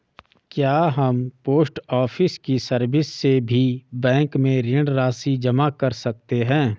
क्या हम post office की सर्विस से भी बैंक में ऋण राशि जमा कर सकते हैं?